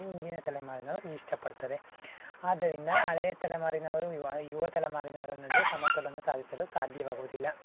ಹಿಂದಿನ ತಲೆಮಾರಿನವರು ಇಷ್ಟಪಡ್ತಾರೆ ಆದ್ದರಿಂದ ಹಳೆಯ ತಲೆಮಾರಿನವರು ಯುವ ಯುವ ತಲೆಮಾರಿನವರ ನಡುವೆ ಸಮತೋಲನ ಸಾಧಿಸಲು ಸಾಧ್ಯವಾಗುವುದಿಲ್ಲ